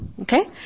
Okay